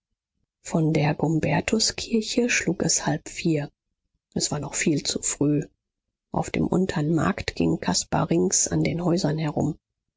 von der gumbertuskirche schlug es halb vier es war noch viel zu früh auf dem unteren markt ging caspar rings an den häusern herum